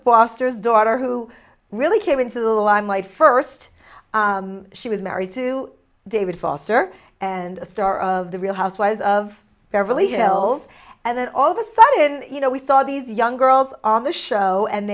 foster daughter who really came into the limelight first she was married to david foster and star of the real housewives of beverly hills and then all of a sudden you know we saw these young girls on the show and